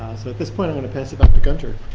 so at this point i want to pass it off to gunter.